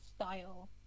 style